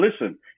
listen